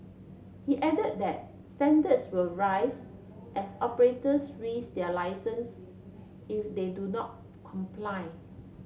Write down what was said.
he added that standards will rise as operators risk their licence if they do not comply